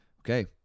Okay